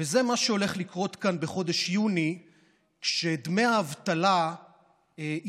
וזה מה שהולך לקרות כאן בחודש יוני כשדמי האבטלה יסתיימו